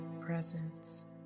presence